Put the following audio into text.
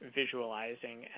visualizing